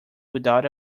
without